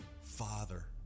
Father